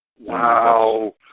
Wow